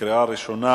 בקריאה ראשונה